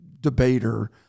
debater